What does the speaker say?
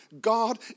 God